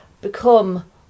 become